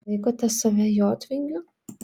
laikote save jotvingiu